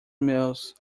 mills